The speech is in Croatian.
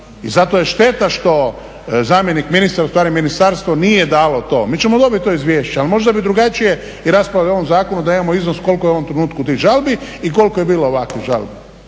i zato je šteta što zamjenik ministra ustvari ministarstvo nije dalo to. Mi ćemo dobiti to izvješće ali možda bi drugačije i raspravljali o ovom zakonu da imamo iznos koliko je u ovom trenutku tih žalbi i koliko je bilo ovakvih žalbi?